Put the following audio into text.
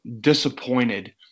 disappointed